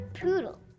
poodle